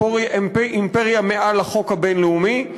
אימפריה מעל החוק הבין-לאומי,